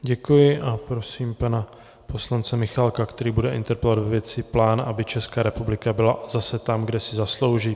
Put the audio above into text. Děkuji a prosím pana poslance Michálka, který bude interpelovat ve věci plán, aby Česká republika byla zase tam, kde si zaslouží.